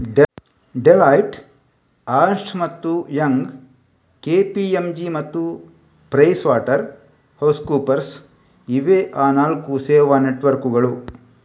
Deloitte, Ernst ಮತ್ತು Young, KPMG ಮತ್ತು PricewaterhouseCoopers ಇವೇ ಆ ನಾಲ್ಕು ಸೇವಾ ನೆಟ್ವರ್ಕ್ಕುಗಳು